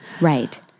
Right